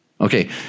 Okay